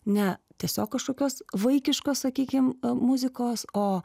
ne tiesiog kažkokios vaikiškos sakykim muzikos o